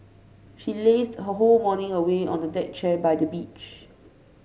she lazed her whole morning away on a deck chair by the beach